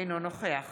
אינו נוכח